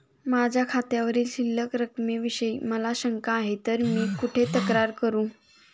माझ्या खात्यावरील शिल्लक रकमेविषयी मला शंका आहे तर मी कुठे तक्रार करू?